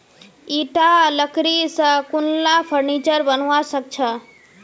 ईटा लकड़ी स कुनला फर्नीचर बनवा सख छ